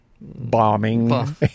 Bombing